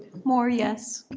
moore, yes.